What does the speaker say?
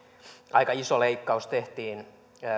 aika iso leikkaus tehtiin lapsilisiin